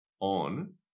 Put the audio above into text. on